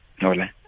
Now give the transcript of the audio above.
Hola